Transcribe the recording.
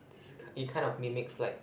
it kind of mimics like